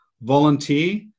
volunteer